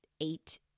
eight